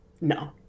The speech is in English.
No